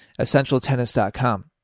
EssentialTennis.com